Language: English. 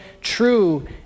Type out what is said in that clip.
true